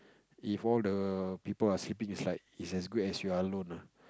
if all the people are sleeping inside it's as good as you're alone ah